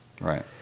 right